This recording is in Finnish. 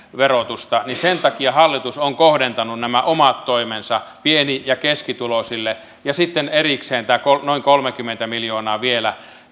verotusta niin sen takia hallitus on kohdentanut nämä omat toimensa pieni ja keskituloisille ja sitten erikseen tämän noin kolmekymmentä miljoonaa vielä